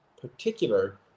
particular